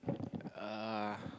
uh